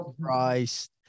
Christ